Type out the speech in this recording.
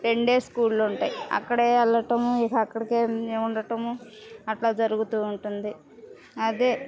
రెండే స్కూళ్ళు ఉంటాయి అక్కడే వెళ్ళటం ఇహ అక్కడకే ఉండటము అట్ల జరుగుతూ ఉంటుంది అదే